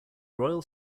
royal